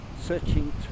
searching